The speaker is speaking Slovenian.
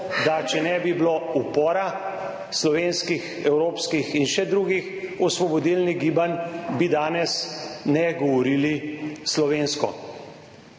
da če ne bi bilo upora slovenskih, evropskih in še drugih osvobodilnih gibanj, danes ne bi govorili slovensko.